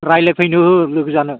रायलायफैनो हो लोगो जानो